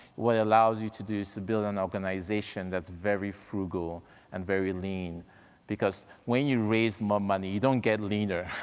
what it allows you to do is to build an organization that's very frugal and very lean because when you raise more money, you don't get leaner.